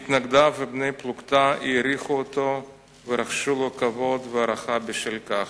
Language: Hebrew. מתנגדיו ובני הפלוגתא שלו העריכו אותו ורחשו לו כבוד והערכה בשל כך.